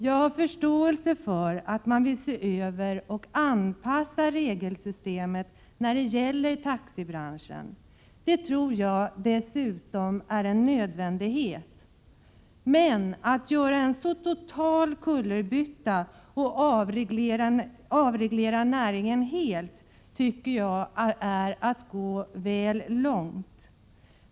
Jag har förståelse för att man vill se över och anpassa regelsystemet när det gäller taxibranschen; det tror jag dessutom är en nödvändighet. Men att göra en total kullerbytta och avreglera näringen helt tycker jag är att gå väl långt.